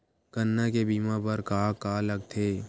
गन्ना के बीमा बर का का लगथे?